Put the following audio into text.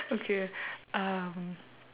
okay um